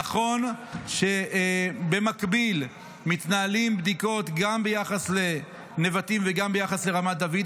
נכון שבמקביל מתנהלות בדיקות גם ביחס לנבטים וגם ביחס לרמת דוד,